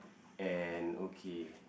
and okay